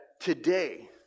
today